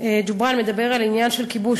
ג'בארין מדבר על עניין של כיבוש.